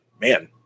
man